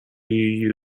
you